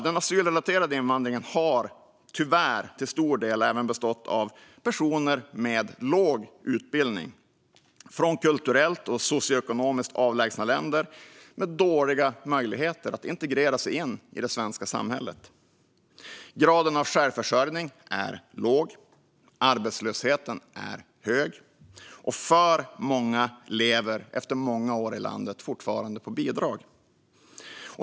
Den asylrelaterade invandringen har tyvärr till stor del även bestått av personer med låg utbildning som kommer från kulturellt och socioekonomiskt avlägsna länder och har dåliga möjligheter att integrera sig in i det svenska samhället. Graden av självförsörjning är låg, arbetslösheten är hög, och alltför många lever efter många år i landet fortfarande på bidrag.